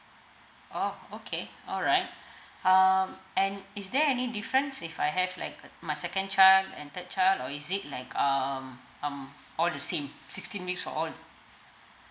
orh okay alright um and is there any difference if I have like uh my second child and third child or is it like um um all the same sixteen weeks for all